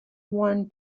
one